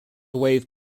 wave